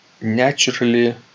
naturally